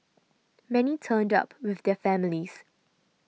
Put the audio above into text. many turned up with their families